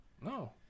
No